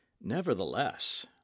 Nevertheless